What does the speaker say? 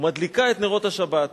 ומדליקה את נרות השבת.